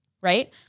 right